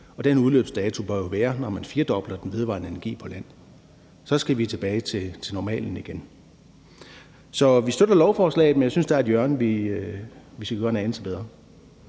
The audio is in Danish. at den udløbsdato jo bør være, når man har firdoblet andelen af den vedvarende energi på land, hvor vi så skal tilbage til normalen igen. Så vi støtter lovforslaget, men jeg synes, der er et hjørne, vi skal gøre en anelse bedre.